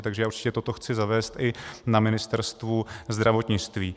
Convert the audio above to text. Takže já určitě toto chci zavést i na Ministerstvu zdravotnictví.